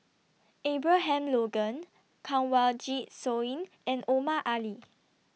Abraham Logan Kanwaljit Soin and Omar Ali